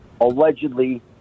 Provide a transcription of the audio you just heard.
allegedly